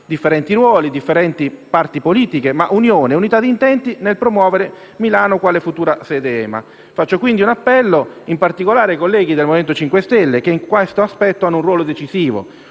differenti ruoli e differenti parti politiche, ma unione e unità di intenti nel promuovere Milano quale futura sede dell'EMA. Rivolgo quindi un appello in particolare ai colleghi del Movimento 5 Stelle, che in questo aspetto hanno un ruolo decisivo.